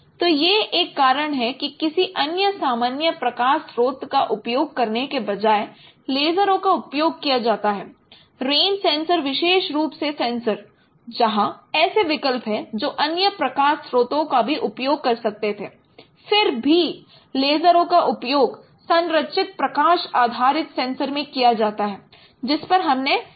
तो यह एक कारण है कि किसी अन्य सामान्य प्रकाश स्रोत का उपयोग करने के बजाय लेज़रों का उपयोग किया जाता है रेन सेंसर विशेष रूप से सेंसर जहां ऐसे विकल्प हैं जो अन्य प्रकाश स्रोतों का भी उपयोग कर सकते थे फिर भी लेज़रों का उपयोग संरचित प्रकाश आधारित सेंसर में किया जाता है जिस पर हमने चर्चा की थी